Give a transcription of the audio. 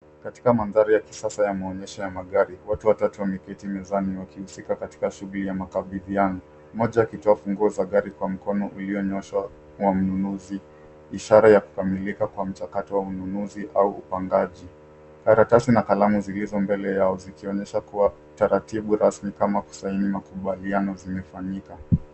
Katika mandhari ya kisasa ya maonyesho ya magari, watu watatu wameketi mezani wakihusika katika shughuli ya makabidhiano. Mmoja akitoa funguo kwa mkono ulionyoshwa wa mnunuzi ishara ya kukamilika kwa mchakato wa ununuzi au upangaji. Karatasi na kalamu zilizo mbele yao zikionyesha kuwa utaratibu rasmi kama kusaini makubaliano zimekamilika.